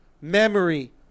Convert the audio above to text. memory